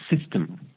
system